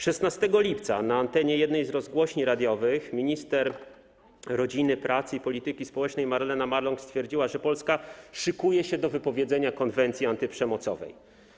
16 lipca na antenie jednej z rozgłośni radiowych minister rodziny, pracy i polityki społecznej Marlena Maląg stwierdziła, że Polska szykuje się do wypowiedzenia konwencji antyprzemocowej.